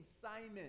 Simon